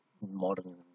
modern